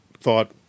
thought